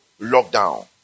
lockdown